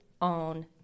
on